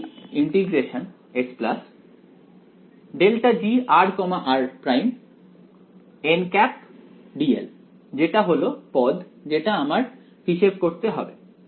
তাই dl যেটা হলো পদ যেটা আমার হিসেব করতে হবে